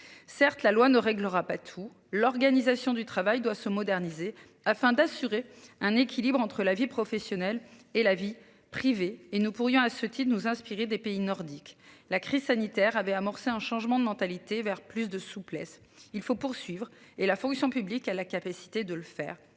Certes, la loi ne réglera pas tout. L'organisation du travail doit se moderniser afin d'assurer un équilibre entre la vie professionnelle et la vie privée et nous pourrions à ce type de nous inspirer des pays nordiques, la crise sanitaire avait amorcé un changement de mentalité vers plus de souplesse, il faut poursuivre et la fonction publique a la capacité de le faire,